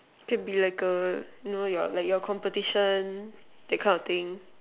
to be like err you know like your competition that kind of thing